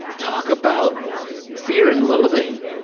talk about fear and loathing.